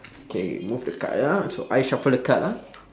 K move the card ah so I shuffle the card ah